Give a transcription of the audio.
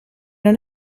non